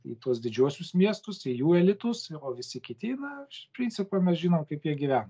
į tuos didžiuosius miestus į jų elitus o visi kiti na iš principo mes žinom kaip jie gyvena